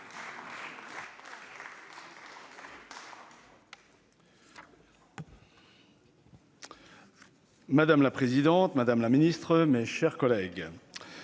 Madame la présidente, madame la ministre, mes chers collègues,